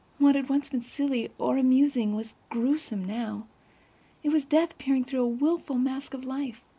what had once been silly or amusing was gruesome, now it was death peering through a wilful mask of life.